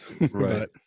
right